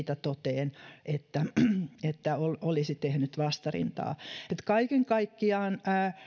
toteen sitä että olisi tehnyt vastarintaa kaiken kaikkiaan